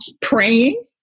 praying